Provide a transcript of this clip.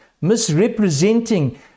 misrepresenting